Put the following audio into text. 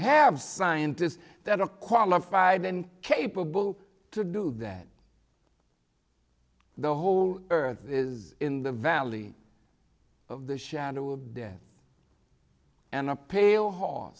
have scientists that are qualified and capable to do that the whole earth is in the valley of the shadow of death and a pal